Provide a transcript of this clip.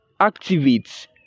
activates